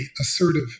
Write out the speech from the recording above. assertive